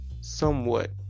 somewhat